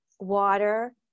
water